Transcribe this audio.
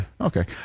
Okay